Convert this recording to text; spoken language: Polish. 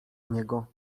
niego